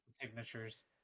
signatures